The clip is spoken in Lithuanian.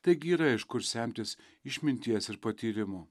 taigi yra iš kur semtis išminties ir patyrimo